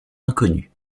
inconnue